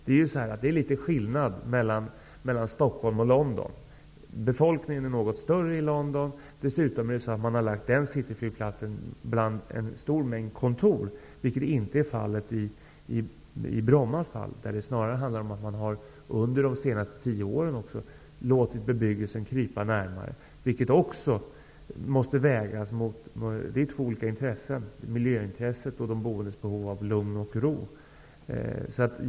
Det är ju en skillnad mellan Stockholm och London. Befolkningen är något större i London. Dessutom har den Cityflygplatsen placerats bland en stor mängd kontor, vilket inte är fallet med Bromma. Där har under de senaste 10 åren bebyggelsen krupit närmre flygplatsen. Här finns två olika intressen, dvs. miljöintresset och de boendes behov av lugn och ro.